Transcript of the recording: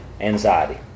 Anxiety